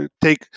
take